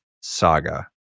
saga